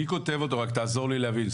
מי כותב אותו, רק תעזור לי להבין?